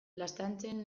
laztantzen